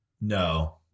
No